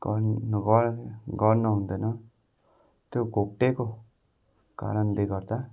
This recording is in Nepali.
गर गर्नु हुँदैन त्यो घोप्टिएको कारणले गर्दा